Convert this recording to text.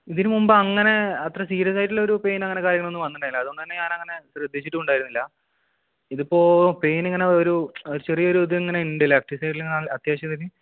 ഇതിന് മുൻപ് അങ്ങനെ അത്ര സീരിയസ് ആയിട്ടുള്ളൊരു പെയിൻ അങ്ങനെ കാര്യങ്ങളൊന്നും വന്നിട്ടുണ്ടായില്ല അതുകൊണ്ട് തന്നെ ഞാനങ്ങനെ ശ്രദ്ധിച്ചിട്ടും ഉണ്ടായിരുന്നില്ല ഇതിപ്പോൾ പെയിൻ ഇങ്ങനെ വരൂ ചെറിയൊരു ഇതിങ്ങനെ ഉണ്ട് ലെഫ്റ്റ് സൈഡിലാണ് അത്യാവശ്യത്തിന്